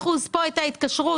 אני פותח את הישיבה.